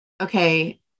okay